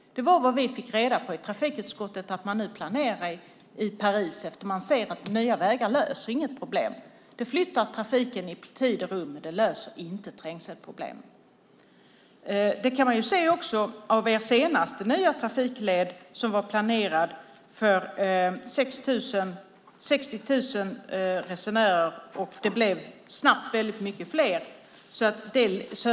Det fick vi i trafikutskottet reda på att man nu planerar för i Paris, eftersom man ser att nya vägar inte löser några problem. De flyttar trafik i tid och rum, men de löser inte trängselproblem. Det kan man också se på den senaste trafikleden, Södra länken, som var planerad för 60 000 resenärer men som snabbt blev väldigt många fler.